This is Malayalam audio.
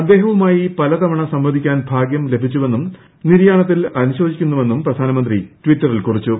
അദ്ദേഹവുമായി പലതവണ സംവദിക്കാൻ ഭാഗ്യം ലഭിച്ചുവെന്നും നിര്യാണത്തിൽ അനുശോചിക്കുന്നുവെന്നും പ്രധാനമന്ത്രി ടിറ്ററിൽ കുറിച്ചു